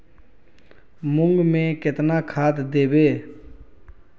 मुंग में केतना खाद देवे?